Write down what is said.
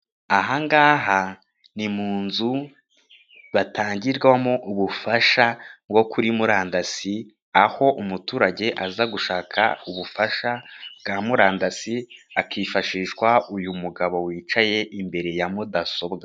Aha ngaha ni mu nzu batangirwamo ubufasha bwo kuri murandasi, aho umuturage aza gushaka ubufasha bwa murandasi hakifashishwa, uyu mugabo wicaye imbere ya mudasobwa.